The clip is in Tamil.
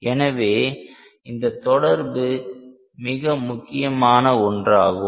எனவே இந்த தொடர்பு மிக முக்கியமான ஒன்றாகும்